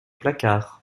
placards